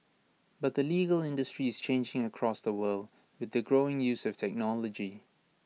but the legal industry is changing across the world with the growing use of technology